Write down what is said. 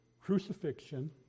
crucifixion